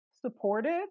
supported